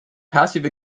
passive